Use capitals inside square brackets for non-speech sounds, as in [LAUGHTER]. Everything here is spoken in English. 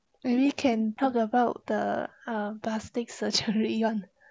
maybe can talk about the um plastic surgery [LAUGHS] [one]